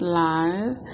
live